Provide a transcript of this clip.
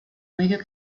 medio